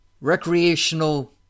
recreational